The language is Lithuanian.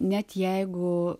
net jeigu